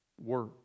work